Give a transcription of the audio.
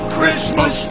Christmas